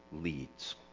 leads